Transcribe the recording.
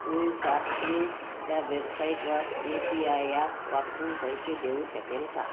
मी शापक्लूजच्या वेबसाइटवर U P I app वापरून पैसे देऊ शकेल का